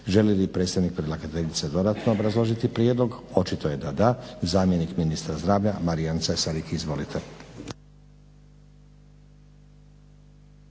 Želi li predstavnik predlagateljice dodatno obrazložiti prijedlog? Očito je da da. Zamjenik ministra zdravlja Marijan Cesarik, izvolite.